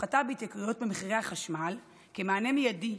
ההפחתה בהתייקרויות מחירי החשמל היא מענה מיידי.